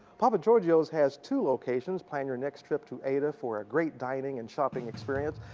papa gjorgio's has two locations. plan your next trip to ada for a great dining and shopping experience.